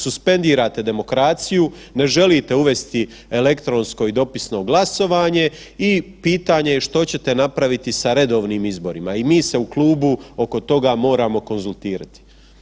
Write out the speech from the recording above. Suspendirate demokraciju, ne želite uvesti elektronsko i dopisno glasovanje i pitanje je što ćete napraviti sa redovnim izborima i mi se u klubu oko toga moramo konzultirati.